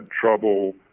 trouble